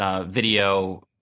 video